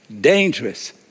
dangerous